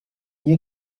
nie